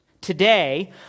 today